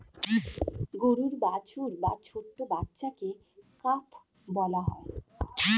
গরুর বাছুর বা ছোট্ট বাচ্ছাকে কাফ বলা হয়